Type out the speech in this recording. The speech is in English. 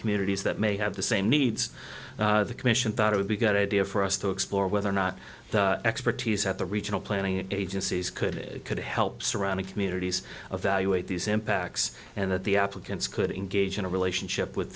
communities that may have the same needs the commission thought it would be good idea for us to explore whether or not the expertise at the regional planning agencies could could help surrounding communities evaluate these impacts and that the applicants could engage in a relationship with